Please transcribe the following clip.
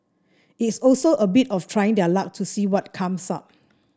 it's also a bit of trying their luck to see what comes up